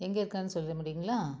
எங்கே இருக்காருன்னு சொல்ல முடியுங்களா